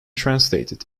translated